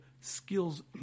skills